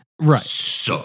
right